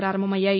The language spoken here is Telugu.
ప్రపారంభమయ్యాయి